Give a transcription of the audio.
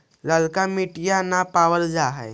ललका मिटीया न पाबल जा है?